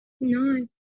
No